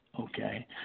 okay